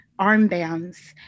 armbands